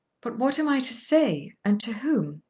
but what am i to say, and to whom?